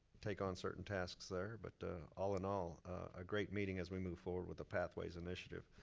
take on certain tasks there. but all in all, a great meeting as we move forward with the pathways initiative.